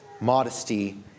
modesty